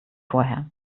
vorher